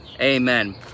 Amen